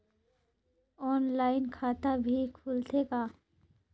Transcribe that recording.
Online खाता भी खुलथे का?